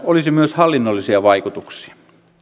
olisi myös hallinnollisia vaikutuksia